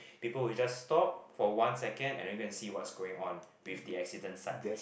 people will just stop for one second and then go and see what's going on with the accident site